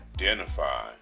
identify